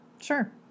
Sure